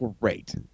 great